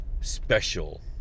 special